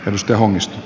ryöstöhommista